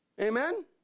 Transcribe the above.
amen